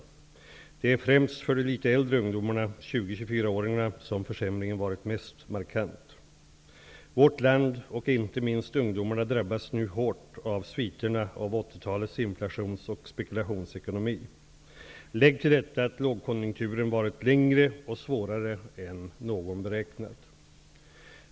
Det är främst för de litet äldre ungdomarna, 20--24 åringarna, som försämringen varit mest markant. Vårt land, och inte minst ungdomarna, drabbas nu hårt av sviterna av 80-talets inflations och spekulationsekonomi. Lägg till detta att lågkonjunkturen varit längre och svårare än någon beräknat.